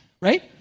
right